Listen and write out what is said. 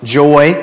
joy